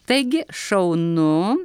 taigi šaunu